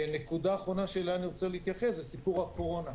נקודה אחרונה שאליה אני רוצה להתייחס זה סיפור הקורונה.